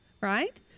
right